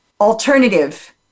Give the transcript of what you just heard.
alternative